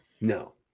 No